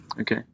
Okay